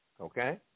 okay